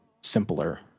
simpler